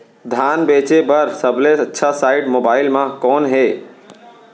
धान बेचे बर सबले अच्छा साइट मोबाइल म कोन हे?